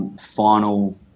final